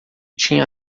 tinha